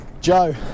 Joe